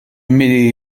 mets